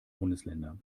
bundesländer